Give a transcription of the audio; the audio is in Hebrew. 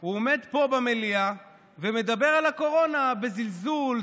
הוא עומד פה במליאה ומדבר על הקורונה בזלזול,